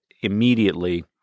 immediately